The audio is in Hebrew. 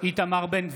איתמר בן גביר,